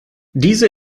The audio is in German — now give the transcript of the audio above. diese